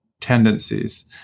tendencies